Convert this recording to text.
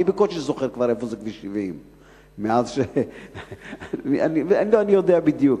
אני בקושי זוכר כבר איפה זה כביש 70. אני יודע בדיוק,